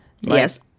Yes